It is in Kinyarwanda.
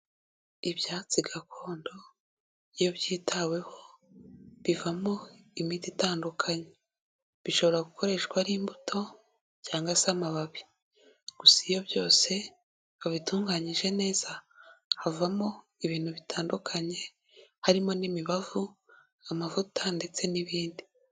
Ibyatsi gakondo iyo byitaweho bivamo imiti itandukanye bishobora gukoreshwa ari imbuto cyangwa se amababi, gusa iyo byose babitunganyije neza havamo ibintu bitandukanye harimo n'imibavu amavuta ndetse n'ibindi.